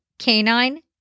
Canine